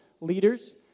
leaders